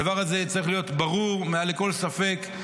הדבר הזה צריך להיות ברור מעל לכל ספק.